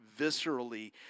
viscerally